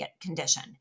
condition